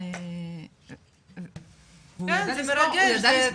--- כן זה מרגש,